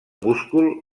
múscul